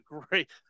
great –